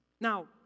Now